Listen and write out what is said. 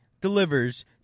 delivers